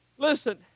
Listen